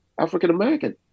African-American